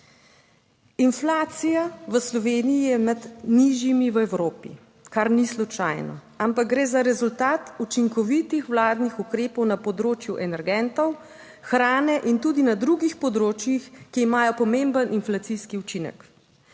Inflacija v Sloveniji je med nižjimi v Evropi, kar ni slučajno, ampak gre za rezultat učinkovitih vladnih ukrepov na področju energentov, hrane in tudi na drugih področjih, ki imajo pomemben inflacijski učinek.